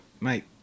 mate